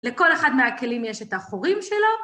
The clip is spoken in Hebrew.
לכל אחד מהכלים יש את החורים שלו.